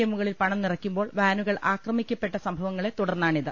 എമ്മുകളിൽ പണം നിറയ്ക്കുമ്പോൾ വാനുകൾ ആക്രമിക്ക പ്പെട്ട സംഭവങ്ങളെ തുടർന്നാണിത്